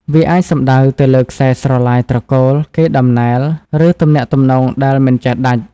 វាអាចសំដៅទៅលើខ្សែស្រឡាយត្រកូល កេរដំណែល ឬទំនាក់ទំនងដែលមិនចេះដាច់។